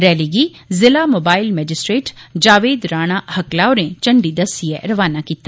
rally गी ज़िला mobile magistrate Javed Rana हकला होरें झंडी दस्सियै रवाना कीता